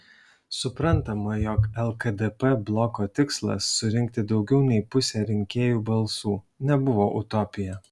suprantama jog lkdp bloko tikslas surinkti daugiau nei pusę rinkėjų balsų nebuvo utopija